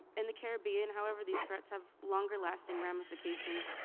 in the caribbean, however, these threats have longer-lasting ramifications.